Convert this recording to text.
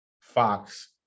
Fox